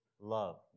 love